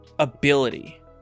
Ability